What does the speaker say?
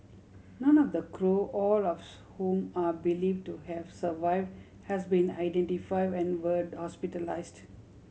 none of the crew all of whom are believed to have survived has been identified and were hospitalised